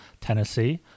Tennessee